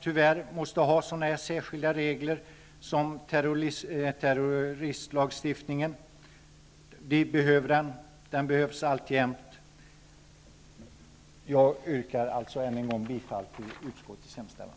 tyvärr måste ha de särskilda regler som terroristlagstiftningen innebär, trots att det internationella läget ljusnat ur denna synvinkel. Vi behöver terroristlagstiftningen alltjämt. Jag yrkar än en gång bifall till utskottets hemställan.